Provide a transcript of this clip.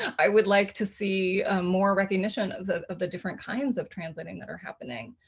i would like to see more recognition of the of the different kinds of translating that are happening.